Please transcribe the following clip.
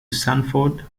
sanford